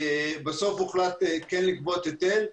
בסוף הוחלט לגבות היטל,